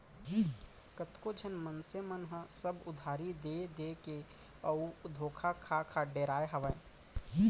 कतको झन मनसे मन ह सब उधारी देय देय के अउ धोखा खा खा डेराय हावय